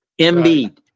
Embiid